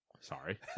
Sorry